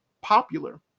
popular